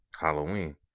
Halloween